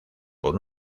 por